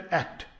act